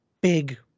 big